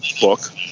book